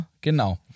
Genau